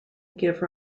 give